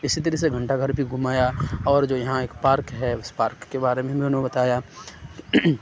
اِسی طرح سے گھنٹہ گھر بھی گھمایا اور جو یہاں ایک پارک ہے اُس پارک کے بارے میں بھی اُنہیں بتایا